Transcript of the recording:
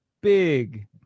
big